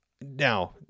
Now